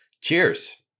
cheers